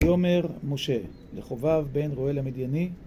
ויאמר משה, לחובב בן יואל המדייני.